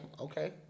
okay